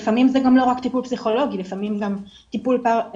לפעמים זה לא רק טיפול פסיכולוגי,